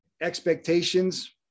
expectations